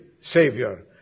Savior